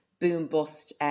boom-bust